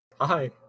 hi